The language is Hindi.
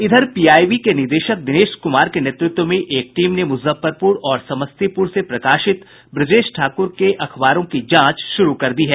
इधर पीआईबी के निदेशक दिनेश कुमार के नेतृत्व में एक टीम ने मुजफ्फरपुर और समस्तीपुर से प्रकाशित ब्रजेश ठाकुर के अखबारों की जांच शुरू कर दी है